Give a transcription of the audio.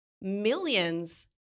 millions